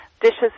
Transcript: dishes